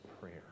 prayer